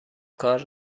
کار